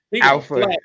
Alpha